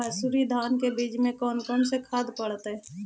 मंसूरी धान के बीज में कौन कौन से खाद पड़तै?